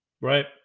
right